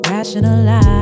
Rationalize